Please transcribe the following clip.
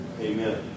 Amen